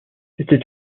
était